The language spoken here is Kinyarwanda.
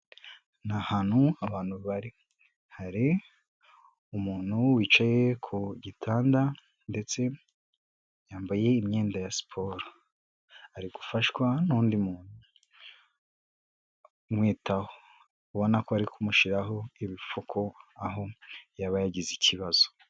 Ni hantu abantu bari, hari umuntu wicaye ku gitanda ndetse yambaye imyenda ya siporo, ari gufashwa n'undi muntu umwitaho ubona ko ari kumushyiraho ibifuko aho yaba yagize ikibazo.